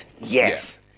yes